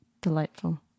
delightful